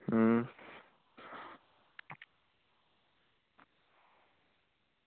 अं